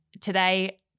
today